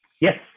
Yes